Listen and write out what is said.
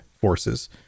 forces